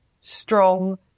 strong